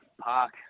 park